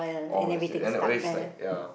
oh that's it then always like ya